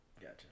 Gotcha